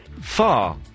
Far